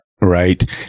Right